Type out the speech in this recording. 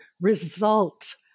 result